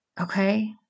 Okay